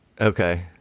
Okay